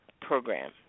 program